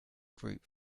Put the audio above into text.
group